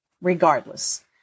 regardless